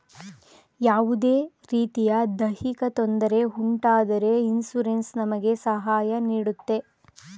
ಯಾವುದೇ ರೀತಿಯ ದೈಹಿಕ ತೊಂದರೆ ಉಂಟಾದರೆ ಇನ್ಸೂರೆನ್ಸ್ ನಮಗೆ ಸಹಾಯ ನೀಡುತ್ತೆ